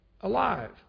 alive